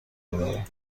میبرم